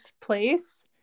place